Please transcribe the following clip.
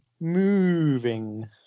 moving